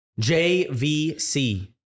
JVC